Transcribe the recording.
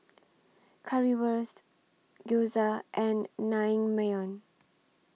Currywurst Gyoza and Naengmyeon